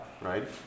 right